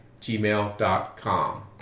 gmail.com